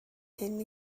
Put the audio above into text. hyn